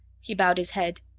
he bowed his head.